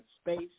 Space